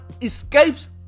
escapes